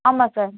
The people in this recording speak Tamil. ஆமாம் சார்